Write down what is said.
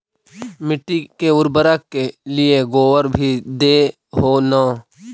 मिट्टी के उर्बरक के लिये गोबर भी दे हो न?